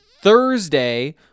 Thursday